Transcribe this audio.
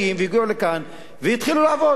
והגיעו לכאן והתחילו לעבוד.